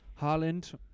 Haaland